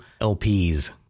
LPs